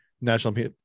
National